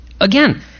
Again